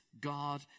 God